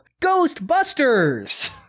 Ghostbusters